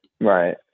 Right